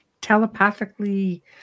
telepathically